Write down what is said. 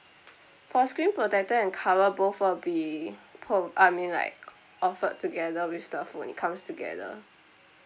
for screen protector and cover both will be pro~ I mean like offered together with the phone it comes together